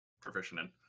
proficient